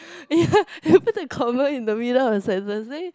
ya you put the comma in the middle of the sentence then